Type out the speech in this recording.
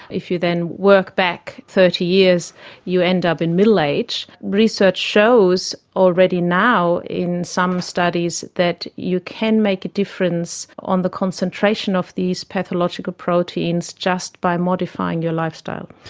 if you then work back thirty years you end up in the middle age. research shows already now in some studies that you can make a difference on the concentration of these pathological proteins just by modifying your lifestyle.